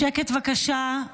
שקט, בבקשה.